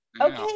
Okay